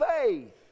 faith